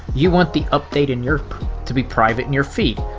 you want the update in your to be private in your feed.